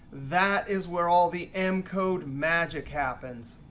that is where all the m code magic happens.